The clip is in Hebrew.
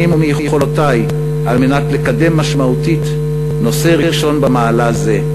ומיכולותי על מנת לקדם משמעותית נושא ראשון במעלה זה.